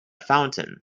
fountain